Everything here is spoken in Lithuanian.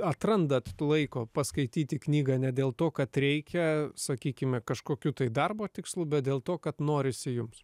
atrandat laiko paskaityti knygą ne dėl to kad reikia sakykime kažkokiu tai darbo tikslu bet dėl to kad norisi jums